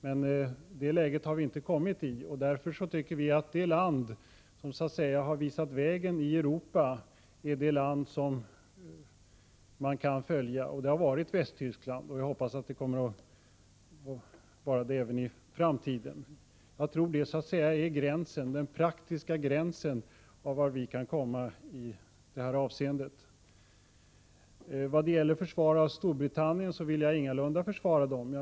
Men det läget har vi inte kommit i. Det land som har visat vägen i Europa är därför det land som Sverige enligt vår mening kan följa. Det har hittills varit Västtyskland, och jag hoppas att det kommer att vara så även i framtiden. Jag tror att de västtyska reglerna utgör den praktiska gränsen för hur långt vi i detta avseende kan komma. Jag vill ingalunda försvara Storbritannien.